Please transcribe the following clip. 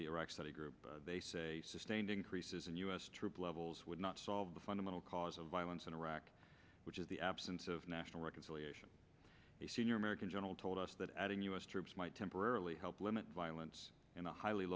the iraq study group they say sustained increases in u s troop levels would not solve the fundamental cause of violence in iraq which is the absence of national reconciliation a senior american general told us that adding u s troops might temporarily help limit violence in a highly